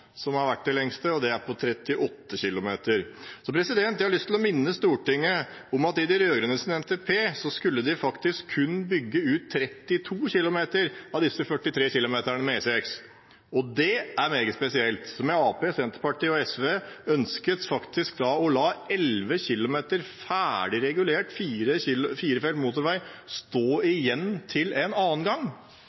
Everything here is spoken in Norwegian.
lengste, og det er på 38 km. Jeg har lyst til å minne Stortinget om at i de rød-grønnes NTP skulle de kun bygge ut 32 km av disse 43 km med E6. Det er meget spesielt, men Arbeiderpartiet, Senterpartiet og SV ønsket faktisk da å la 11 km ferdig regulert firefelts motorvei stå igjen til en annen gang.